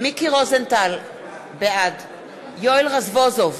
מיקי רוזנטל, בעד יואל רזבוזוב,